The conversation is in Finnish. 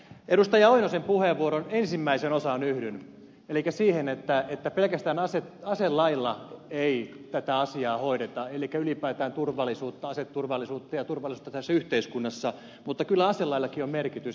pentti oinosen puheenvuoron ensimmäiseen osaan yhdyn elikkä siihen että pelkästään aselailla ei tätä asiaa hoideta elikkä ylipäätään turvallisuutta ja aseturvallisuutta tässä yhteiskunnassa mutta kyllä aselaillakin on merkitystä